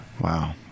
wow